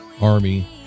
army